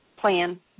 plan